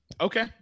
Okay